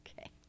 Okay